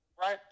right